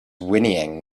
whinnying